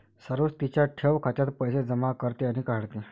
सरोज तिच्या ठेव खात्यात पैसे जमा करते आणि काढते